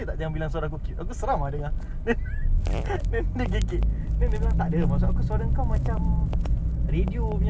to tell you the truth ah like aku suka O_L_G punya voice it is very different ah aku dengar suara aku sendiri aku tak boleh